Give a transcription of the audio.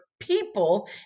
People